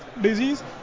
disease